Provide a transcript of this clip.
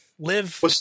Live